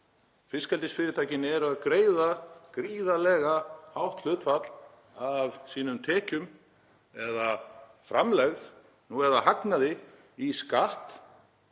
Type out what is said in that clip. fiskeldisfyrirtækin eru að greiða gríðarlega hátt hlutfall af sínum tekjum eða framlegð eða hagnaði í skatt